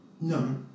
No